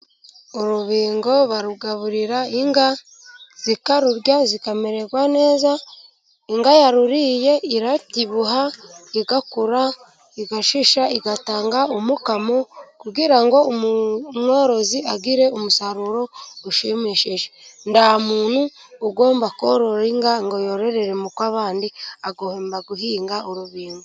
Urubingo barugaburira inka zikarurya zikamererwa neza, inka yaruriye irabyibuha, igakura, igashisha, igatanga umukamo kugira ngo umworozi agire umusaruro ushimishije. Nta muntu ugomba korora inka ngo yororere mu kw'abandi agomba guhinga urubingo.